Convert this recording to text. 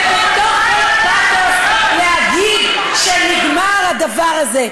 ובפתוס להגיד שנגמר הדבר הזה,